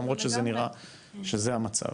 למרות שזה נראה שזה המצב.